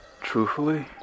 Truthfully